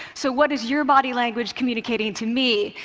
so what is your body language communicating to me?